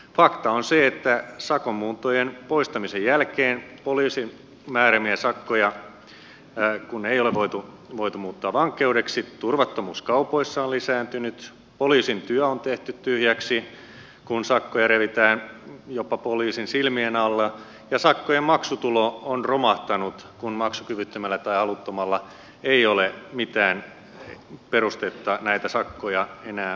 fakta on se että kun sakon muuntojen poistamisen jälkeen poliisin määräämiä sakkoja ei ole voitu muuttaa vankeudeksi turvattomuus kaupoissa on lisääntynyt poliisin työ on tehty tyhjäksi kun sakkoja revitään jopa poliisin silmien alla ja sakkojen maksutulo on romahtanut kun maksukyvyttömällä tai haluttomalla ei ole mitään perustetta näitä sakkoja enää maksaa